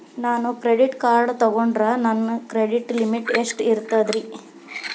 ನಾನು credit card ತೊಗೊಂಡ್ರ ನನ್ನ ಕ್ರೆಡಿಟ್ ಲಿಮಿಟ್ ಎಷ್ಟ ಇರ್ತದ್ರಿ?